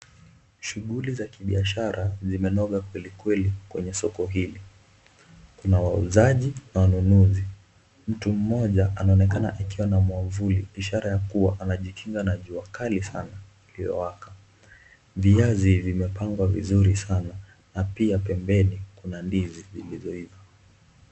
Shughuli za kibiashara zimenoga kwelikweli kwenye soko hili. Kuna wauzaji na wanunuzi. Mtu mmoja anaonekana akiwa na mwavuli ishara ya kuwa anajikinga na jua kali sana iliyowaka. Viazi vimepangwa vizuri sana na pia pembeni kuna ndizi zilizoiva.